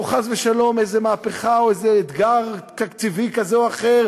או חס ושלום איזו מהפכה או איזה אתגר תקציבי כזה או אחר,